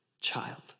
child